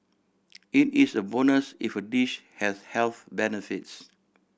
it is a bonus if a dish has health benefits